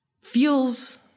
feels